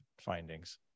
findings